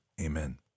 amen